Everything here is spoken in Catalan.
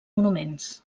monuments